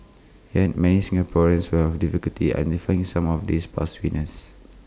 yet many Singaporeans will have difficulty identifying some of these past winners